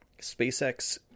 SpaceX